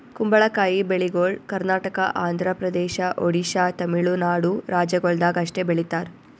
ಕುಂಬಳಕಾಯಿ ಬೆಳಿಗೊಳ್ ಕರ್ನಾಟಕ, ಆಂಧ್ರ ಪ್ರದೇಶ, ಒಡಿಶಾ, ತಮಿಳುನಾಡು ರಾಜ್ಯಗೊಳ್ದಾಗ್ ಅಷ್ಟೆ ಬೆಳೀತಾರ್